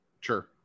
Sure